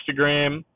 instagram